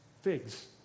figs